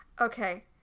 Okay